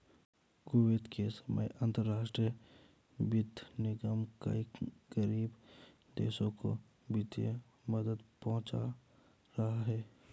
Kuwait के समय अंतरराष्ट्रीय वित्त निगम कई गरीब देशों को वित्तीय मदद पहुंचा रहा है